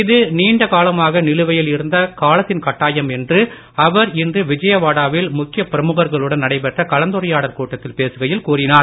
இது நீண்ட காலமாக நிலுவையில் இருந்த காலத்தின் கட்டாயம் என்று அவர் இன்று விஜயவாடாவில் முக்கிய பிரமுகர்களுடன் நடைபெற்ற கலந்துரையாடல் கூட்டத்தில் பேசுகையில் கூறினார்